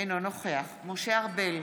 אינו נוכח משה ארבל,